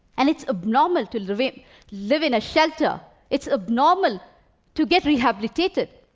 and it's abnormal to live in live in a shelter. it's abnormal to get rehabilitated.